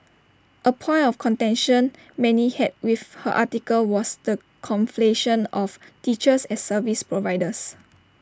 A point of contention many had with her article was the conflation of teachers as service providers